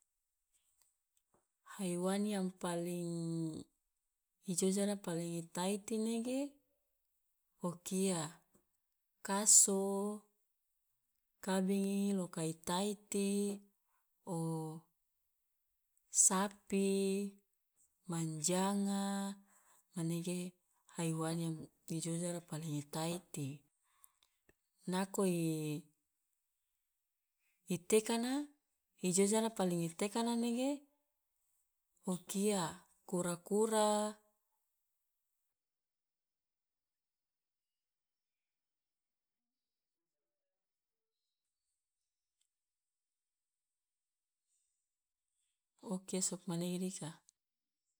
Haiwan yang paling i jojara paling i taiti nege o kia kaso, kabingi loka i taiti, o sapi, manjanga manege haiwan yang i jojara paling i taiti, nako i tekana i jojar paling i tekana nege o kia kura kura, o kia sugmanege dika.